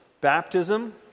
baptism